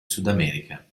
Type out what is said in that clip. sudamerica